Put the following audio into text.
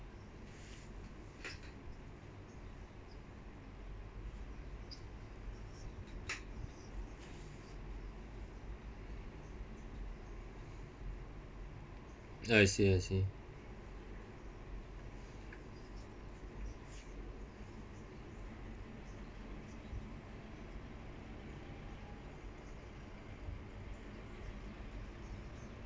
I see I see